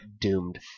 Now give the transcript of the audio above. doomed